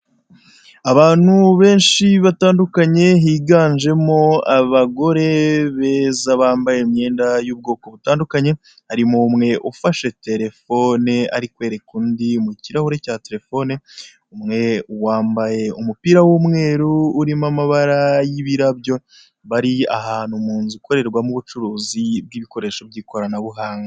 Abantu benshi batandukanye, higanjemo abagore beza, bambaye imyenda y'ubwoko butandukanye, harimo umwe ufashe telefone, ari kwereka undi mu kirahure cya telefone, umwe wambaye umupira w'umweru urimo amabara y'ibirabyo, bari ahantu mu nzu ikorerwamo ubucuruzi bw'ibikoresho by'ikoranabuhanga.